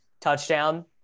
touchdown